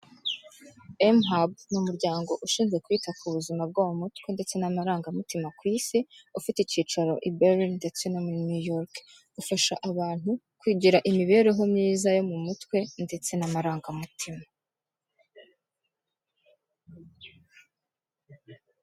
MHUB ni umuryango ushinzwe kwita ku buzima bwo mu mutwe ndetse n'amarangamutima ku isi, ufite icyicaro Iberline ndetse no muri Newyork, ufasha abantu kugira imibereho myiza yo mu mutwe ndetse n'amarangamutima.